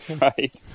Right